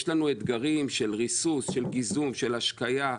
יש לנו אתגרים של ריסוס, של גיזום ושל השקיה,